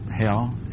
hell